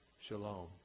shalom